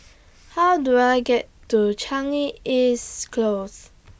How Do I get to Changi East Close